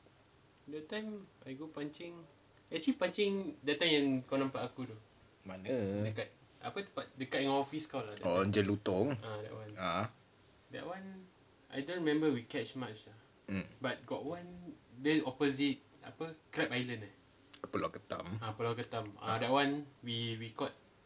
mana oh jelutong uh uh mm pulau ketam